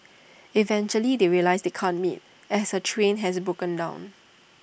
eventually they realise they can't meet as her train has broken down